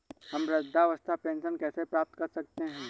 हम वृद्धावस्था पेंशन कैसे प्राप्त कर सकते हैं?